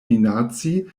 minaci